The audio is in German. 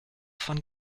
von